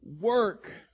work